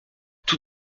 tout